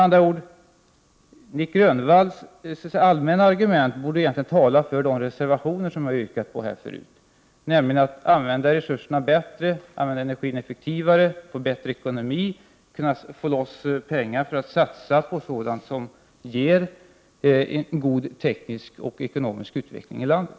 Nic Grönvalls allmänna argument borde egentligen tala för de reservationer som jag har yrkat bifall till tidigare och vari krävs att man skall använda resurser bättre, använda energin effektivare, få bättre ekonomi och kunna få loss pengar för att satsa på sådant som ger en god teknisk och ekonomisk utveckling i landet.